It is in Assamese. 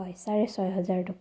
হয় চাৰে ছয় হাজাৰ টকা